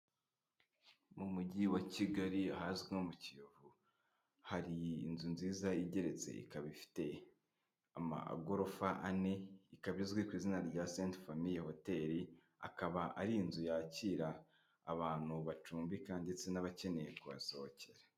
Mu mujyi wa Kigali ahazwi nko mu Kiyovu, hari inzu nziza igeretse ikaba ifite amagorofa ane ikaba izwi ku izina rya Senti Famiye hoteli akaba ari inzu yakira abantu bacumbika ndetse n'abakeneye kuhasohokera.